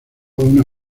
una